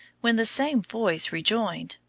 when the same voice rejoined,